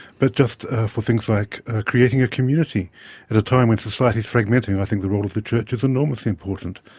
but just for things like creating a community at a time when society's fragmenting. i think the role of the church is enormously important.